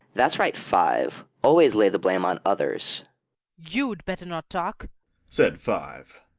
that's right, five! always lay the blame on others you'd better not talk said five.